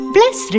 Bless